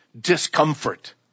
discomfort